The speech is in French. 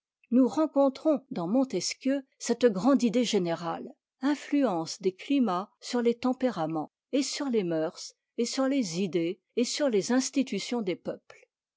nous rencontrons dans montesquieu cette grande idée générale influence des climats sur les tempéraments et sur les mœurs et sur les idées et sur les institutions des peuples